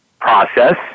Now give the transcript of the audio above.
process